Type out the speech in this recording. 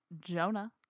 Jonah